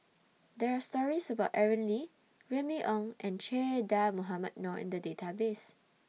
There Are stories about Aaron Lee Remy Ong and Che Dah Mohamed Noor in The Database